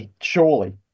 Surely